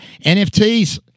NFTs